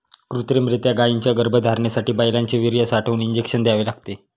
कृत्रिमरीत्या गायींच्या गर्भधारणेसाठी बैलांचे वीर्य साठवून इंजेक्शन द्यावे लागते